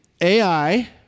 Ai